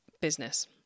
business